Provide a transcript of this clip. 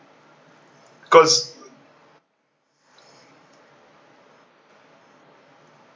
cause